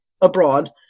abroad